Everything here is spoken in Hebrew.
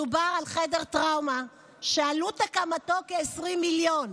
מדובר על חדר טראומה שעלות הקמתו כ-20 מיליון.